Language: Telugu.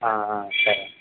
సరేండి